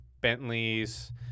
Bentleys